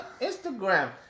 Instagram